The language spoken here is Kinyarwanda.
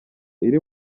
iri